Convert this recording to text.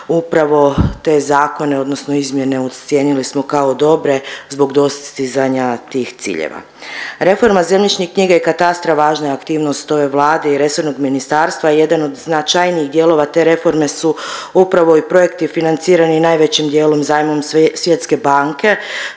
upravo te zakone odnosno izmjene ocijenili smo kao dobre zbog dostizanja tih ciljeva. Reforma zemljišne knjige i katastra važna je aktivnosti ove Vlade i resornog ministarstva i jedan od značajnijih dijelova te reforme su upravo i projekti financirani najvećim dijelom zajmom Svjetske banke